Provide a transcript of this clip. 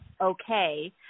okay